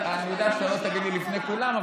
אני יודע שאתה לא תגיד לי לפני כולם,